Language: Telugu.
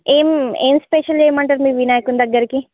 ఏం ఏం స్పెషల్ చెయ్యమంటారు మీ వినాయకుని దగ్గరికి